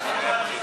לא שמעתי.